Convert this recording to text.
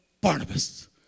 Barnabas